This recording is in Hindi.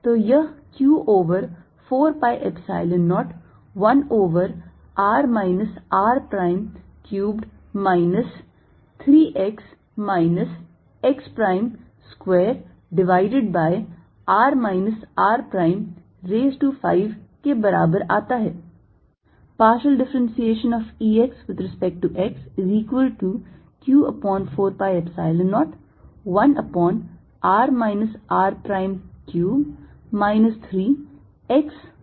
तो यह q over 4 pi Epsilon 0 1 over r minus r prime cubed minus 3 x minus x prime square divided by r minus r prime raise to 5 के बराबर आता है